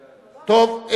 טוב.